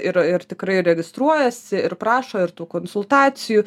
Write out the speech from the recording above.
ir ir tikrai registruojasi ir prašo ir tų konsultacijų